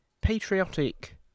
patriotic